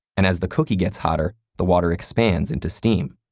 and as the cookie gets hotter, the water expands into steam.